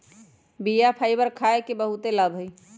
बीया फाइबर खाय के बहुते लाभ हइ